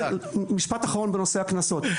משפט אחרון בנושא הקנסות.